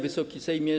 Wysoki Sejmie!